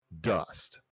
dust